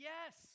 Yes